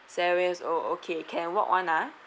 seven years old okay can walk [one] ah